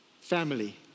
family